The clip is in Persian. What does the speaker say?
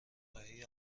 خواهی